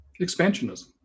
expansionism